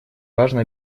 важно